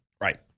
Right